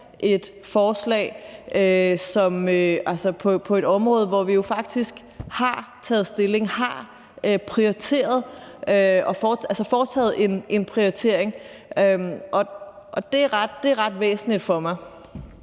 et forslag på et område, hvor vi jo faktisk har taget stilling og har foretaget en prioritering. Det er ret væsentligt for mig.